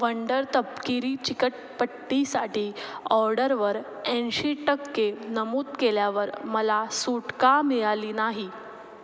wonder तपकिरी चिकटपट्टीसाठी ऑर्डरवर ऐंशी टक्के नमूद केल्यावर मला सूट का मिळाली नाही